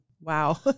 wow